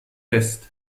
pest